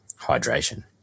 hydration